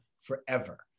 forever